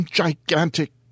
gigantic